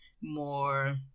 more